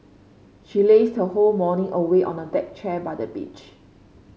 she lazed her whole morning away on a deck chair by the beach